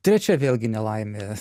trečia vėlgi nelaimė